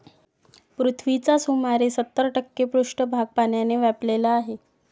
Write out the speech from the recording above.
पृथ्वीचा सुमारे सत्तर टक्के पृष्ठभाग पाण्याने व्यापलेला आहे